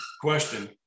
question